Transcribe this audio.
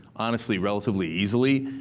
honestly, relatively easily.